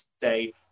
say